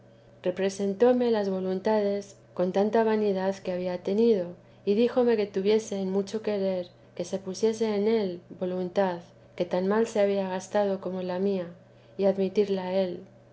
representóme las voluntades con tanta vanidad que había tenido y díjome que tuviese en mucho querer que se pusiese en él voluntad que tan mal se había gastado como la mía y admitirla él